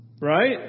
Right